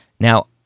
Now